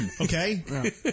okay